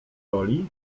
roli